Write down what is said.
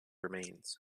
remains